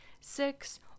six